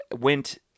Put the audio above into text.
went